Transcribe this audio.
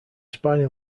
spiny